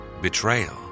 betrayal